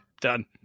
Done